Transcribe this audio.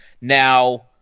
Now